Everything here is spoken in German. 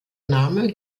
name